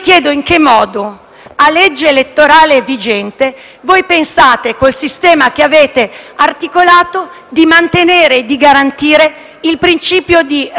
a legge elettorale vigente, pensate, con il sistema che avete articolato, di mantenere e garantire il principio di rappresentatività